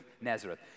Nazareth